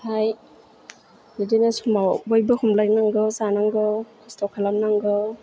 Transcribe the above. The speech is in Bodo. ओमफ्राय बिदिनो समाव बयबो हमलायनांगौ जानांगौ खस्थ' खालामनांगौ